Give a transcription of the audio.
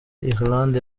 ireland